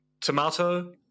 Tomato